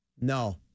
No